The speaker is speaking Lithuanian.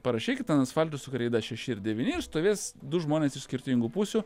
parašykit ant asfalto su kreida šeši ir devyni ir stovės du žmonės iš skirtingų pusių